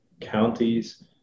counties